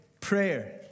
prayer